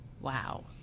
Wow